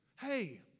hey